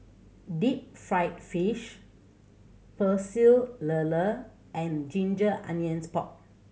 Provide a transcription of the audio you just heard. deep fried fish Pecel Lele and ginger onions pork